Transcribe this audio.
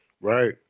Right